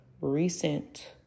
recent